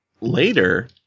later